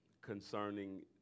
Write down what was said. concerning